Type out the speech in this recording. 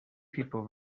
people